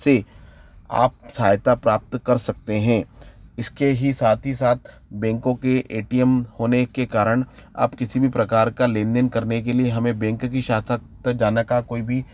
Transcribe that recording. से आप सहयता प्राप्त कर सकते हैं इसके ही साथ ही साथ बैंकों के ए टी एम होने के कारण आप किसी भी प्रकार का लेन देन करने के लिए हमें बैंक की शाखा तक जाने का कोई भी